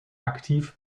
aktiv